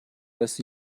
das